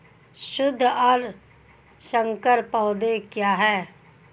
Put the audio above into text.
शुद्ध और संकर पौधे क्या हैं?